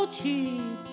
cheap